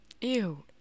Ew